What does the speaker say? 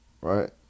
right